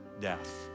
death